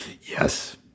Yes